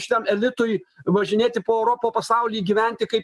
šitam elitui važinėti po europą pasaulį gyventi kaip